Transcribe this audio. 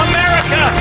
America